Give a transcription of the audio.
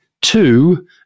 Two